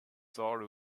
sár